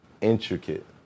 intricate